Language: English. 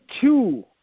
two